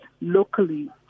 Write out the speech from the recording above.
locally